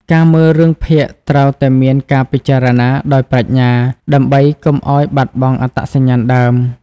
ការមើលរឿងភាគត្រូវតែមានការពិចារណាដោយប្រាជ្ញាដើម្បីកុំឲ្យបាត់បង់អត្តសញ្ញាណដើម។